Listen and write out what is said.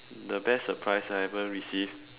the best surprise I ever received